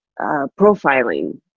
profiling